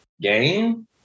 game